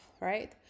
right